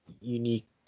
unique